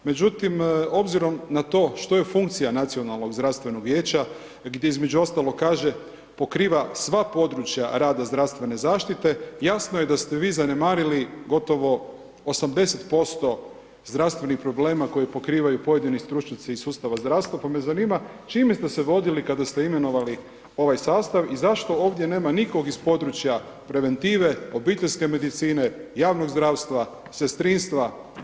Međutim, obzirom na to što je funkcija Nacionalnog zdravstvenog vijeća gdje između ostalog kaže pokriva sva područja rada zdravstvene zaštite, jasno je da ste vi zanemarili gotovo 80% zdravstvenih problema koje pokrivaju pojedini stručnjaci iz sustava zdravstva pa me zanima čime ste se vodili kada ste imenovali ovaj sastav i zašto ovdje nema nikog iz područja preventive, obiteljske medicine, javnog zdravstva, sestrinstva.